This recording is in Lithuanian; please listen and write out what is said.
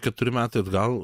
keturi metai atgal